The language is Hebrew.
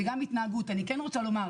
זה גם התנהגות אני כן רוצה לומר,